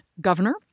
governor